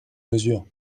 mesure